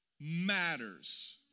matters